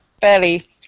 fairly